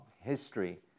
history